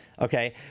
Okay